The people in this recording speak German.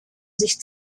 sich